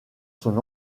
son